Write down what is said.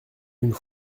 une